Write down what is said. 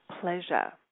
pleasure